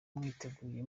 mwiteguye